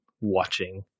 watching